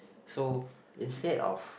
so instead of